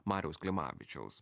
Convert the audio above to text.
mariaus klimavičiaus